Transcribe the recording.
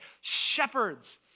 shepherds